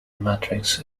matrix